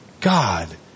god